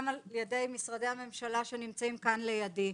על ידי משרדי הממשלה שנמצאים כאן לידי,